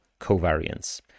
covariance